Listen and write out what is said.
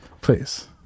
please